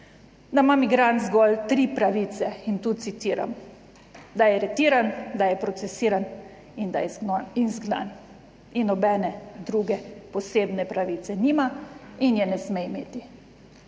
da ima migrant zgolj tri pravice in tu citiram, "Da je aretiran, da je procesiran, in da je izgnan", in nobene druge posebne pravice nima in je ne sme imeti.